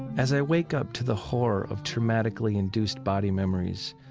as i wake up to the horror of traumatically induced body memories,